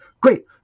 great